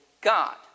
God